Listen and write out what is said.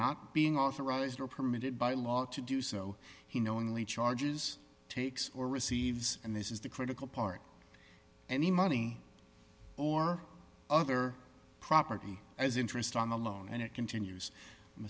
not being authorized or permitted by law to do so he knowingly charges takes or receives and this is the critical part of any money or other property as interest on the loan and it continues i'm